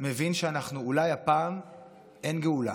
מבין שאולי הפעם אין גאולה.